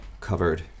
covered